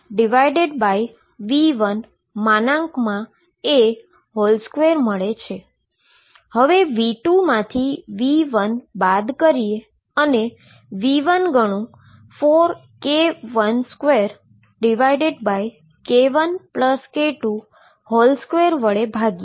હવે v2 માંથી v1 બાદ કરીએ અને v1 ગણું 4k12 k1k22 વડે ભાગીએ